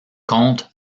comte